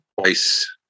twice